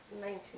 Nineteen